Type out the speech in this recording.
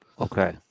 Okay